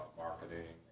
marketing